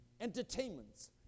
entertainments